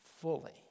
fully